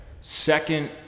Second